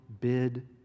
bid